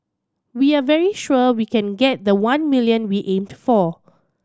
we are very sure we can get the one million we aimed for